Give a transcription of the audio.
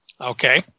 Okay